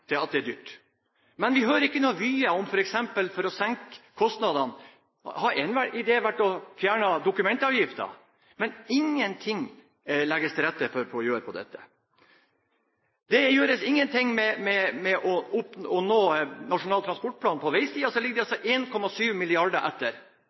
det er dyrt. Men vi hører ingen vyer om f.eks. å senke kostnadene. Hadde en idé vært å fjerne dokumentavgiften? Ingen ting legges til rette for å gjøre det. Det gjøres ingen ting for å nå målene i Nasjonal transportplan. På veisiden ligger